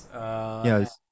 Yes